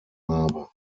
habe